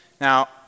Now